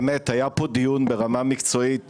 באמת היה פה דיון ברמה מקצועית